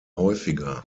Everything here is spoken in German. häufiger